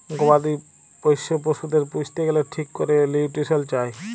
গবাদি পশ্য পশুদের পুইসতে গ্যালে ঠিক ক্যরে লিউট্রিশল চায়